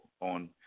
on